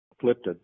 flipped